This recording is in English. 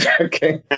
okay